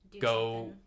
go